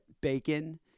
bacon